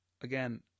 Again